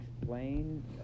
explain